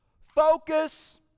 focus